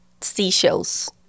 seashells